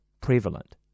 prevalent